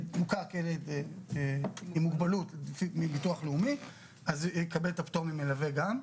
שמוכר כילד עם מוגבלות מביטוח לאומי - יקבל את הפטור ממלווה גם.